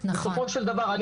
בסופו של דבר,